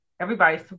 Everybody's